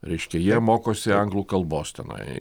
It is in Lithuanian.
reiškia jie mokosi anglų kalbos tenai